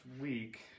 week